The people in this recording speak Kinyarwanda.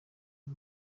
ngo